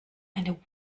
eine